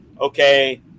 okay